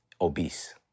obese